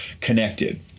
connected